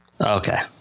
Okay